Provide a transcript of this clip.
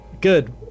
good